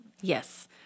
Yes